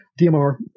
DMR